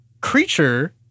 creature